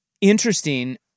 interesting